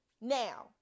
Now